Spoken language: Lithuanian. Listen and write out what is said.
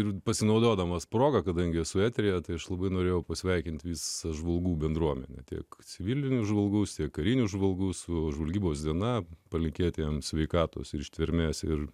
ir pasinaudodamas proga kadangi esu eteryje tai aš labai norėjau pasveikinti visą žvalgų bendruomenę tiek civiliniu žvalgausi kariniu žvalgu su žvalgybos diena palinkėti jam sveikatos ištvermės ir